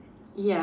ya